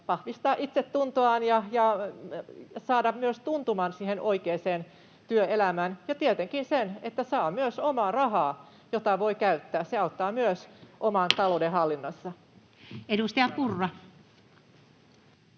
vahvistaa itsetuntoaan ja saada myös tuntuman siihen oikeaan työelämään, ja tietenkin siinä on se, että saa myös omaa rahaa, jota voi käyttää. Se auttaa myös oman